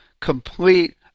complete